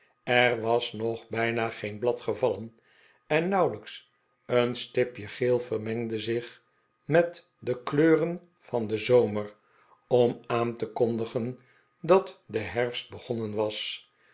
er was nog bijna geen blad gevallen eh nauwelijks een stipje geel vermengde zich met de kleuren van den zomer om aan te kondigen dat de herfst begonnen was